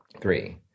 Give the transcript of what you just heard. three